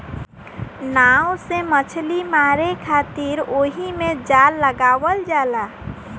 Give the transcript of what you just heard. नाव से मछली मारे खातिर ओहिमे जाल लगावल जाला